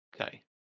Okay